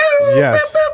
Yes